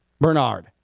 Bernard